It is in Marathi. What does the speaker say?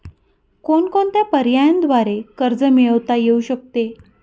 कोणकोणत्या पर्यायांद्वारे कर्ज मिळविता येऊ शकते?